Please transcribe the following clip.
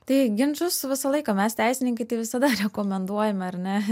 tai ginčus visą laiką mes teisininkai tai visada rekomenduojame ar ne